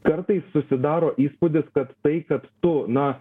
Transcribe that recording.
kartais susidaro įspūdis kad tai kad tu na